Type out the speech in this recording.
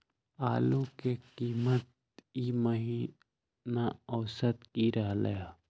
आलू के कीमत ई महिना औसत की रहलई ह?